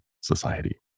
society